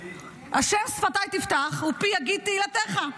"שפתי תפתח ופי יגיד תהלתך".